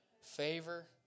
Favor